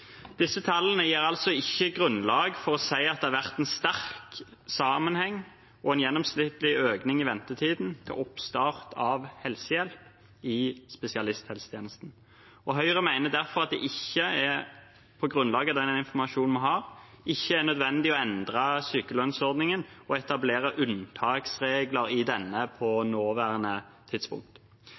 Disse tallene gir altså ikke grunnlag for å si at det har vært en sterk sammenheng og en gjennomsnittlig økning i ventetiden til oppstart av helsehjelp i spesialisthelsetjenesten. Høyre mener derfor at det på grunnlag av den informasjonen vi har, ikke er nødvendig å endre sykelønnsordningen og etablere unntaksregler i denne på nåværende tidspunkt.